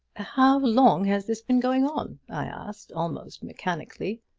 how long has this been going on? i asked, almost mechanically.